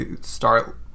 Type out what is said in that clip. start